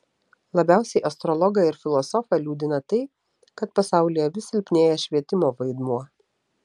labiausiai astrologą ir filosofą liūdina tai kad pasaulyje vis silpnėja švietimo vaidmuo